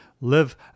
Live